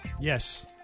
Yes